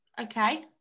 Okay